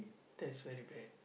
that's very bad